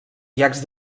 llacs